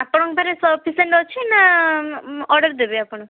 ଆପଣଙ୍କ ପାଖରେ ସଫିସେଣ୍ଟ ଅଛିନା ଅର୍ଡ଼ର୍ ଦେବେ ଆପଣ